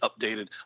updated